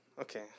Okay